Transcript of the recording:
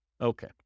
Okay